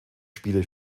spiele